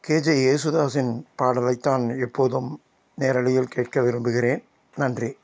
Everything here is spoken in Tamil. கேஜே யேசுதாஸின் பாடலைத்தான் எப்போதும் நேரலையில் கேட்க விரும்புகிறேன் நன்றி